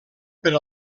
per